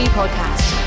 podcast